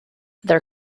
their